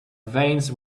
veins